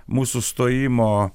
mūsų stojimo